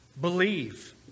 believe